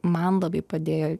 man labai padėjo